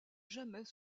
jamais